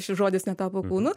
šis žodis netapo kūnu